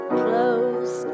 close